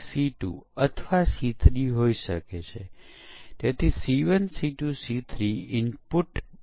34 જેટલી બરાબર 81 બગ્સ ટકી રહેશે